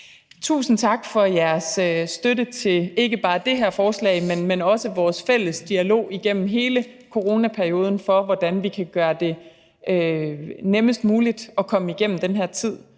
ikke bare for jeres støtte til det her forslag, men også for vores fælles dialog igennem hele coronaperioden om, hvordan vi kan gøre det nemmest muligt for vores studerende at komme igennem den her tid.